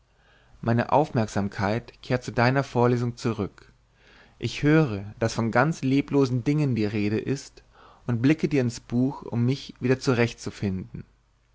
meine aufmerksamkeit kehrt zu deiner vorlesung zurück ich höre daß von ganz leblosen dingen die rede ist und blicke dir ins buch um mich wieder zurechtzufinden